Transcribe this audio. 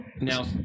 Now